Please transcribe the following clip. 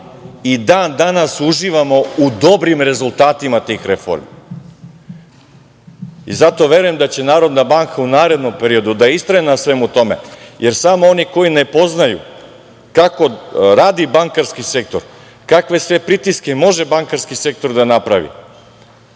i dan danas uživamo u dobrim rezultatima tih reformi. Zato verujem da će NBS u narednom periodu da istraje na svemu tome, jer samo oni koji ne poznaju kako radi bankarski sektor, kakve sve pritiske može bankarski sektor da napravi,